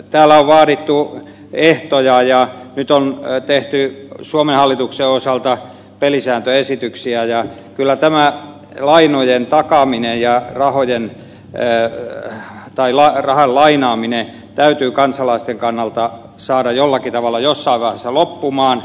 täällä on vaadittu ehtoja ja nyt on tehty suomen hallituksen osalta pelisääntöesityksiä ja kyllä tämä lainojen takaaminen ja rahan lainaaminen täytyy kansalaisten kannalta saada jollakin tavalla jossain vaiheessa loppumaan